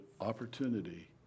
opportunity